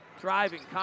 driving